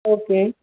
okay